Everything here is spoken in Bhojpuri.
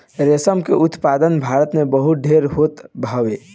रेशम के उत्पादन भारत में सबसे ढेर होत हवे